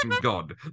god